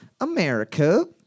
America